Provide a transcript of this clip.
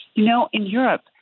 you know in europe,